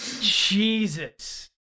Jesus